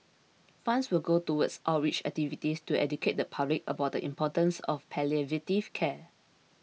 funds will go towards outreach activities to educate the public about the importance of palliative care